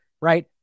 Right